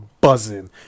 buzzing